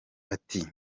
ati